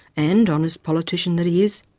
and, honest politician that he is,